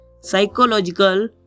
Psychological